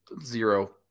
zero